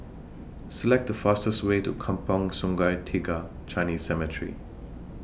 Select The fastest Way to Kampong Sungai Tiga Chinese Cemetery